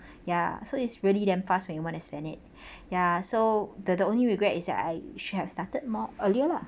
ya so it's really damn fast when you want spend it ya so the the only regret is that I should have started more earlier lah